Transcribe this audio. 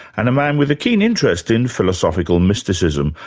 and a man with a keen interest in philosophical mysticism.